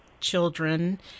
children